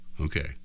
okay